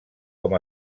com